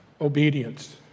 obedience